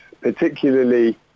particularly